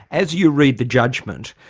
as you read the judgment,